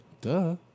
Duh